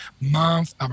month